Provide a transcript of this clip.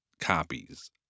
copies